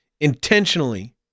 intentionally